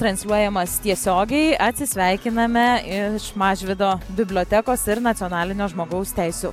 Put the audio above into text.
transliuojamas tiesiogiai atsisveikiname iš mažvydo bibliotekos ir nacionalinio žmogaus teisių